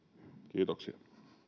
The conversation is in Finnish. kiitoksia